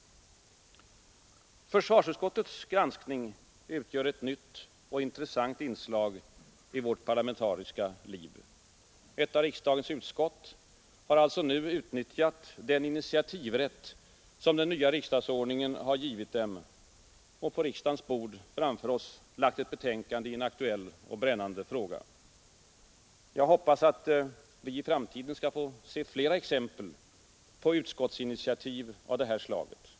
Försvarsutskottets granskning utgör ett nytt och intressant inslag i vårt parlamentariska liv. Ett av riksdagens utskott har alltså nu utnyttjat den initiativrätt som den nya riksdagsordningen givit utskotten och på riksdagens bord framför oss lagt ett betänkande i en aktuell och brännbar fråga. Jag hoppas att vi i framtiden skall få se fler exempel på utskottsinitiativ av det här slaget.